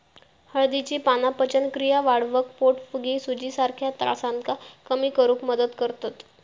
हळदीची पाना पचनक्रिया वाढवक, पोटफुगी, सुजीसारख्या त्रासांका कमी करुक मदत करतत